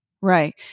Right